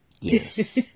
Yes